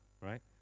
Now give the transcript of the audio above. right